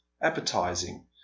appetizing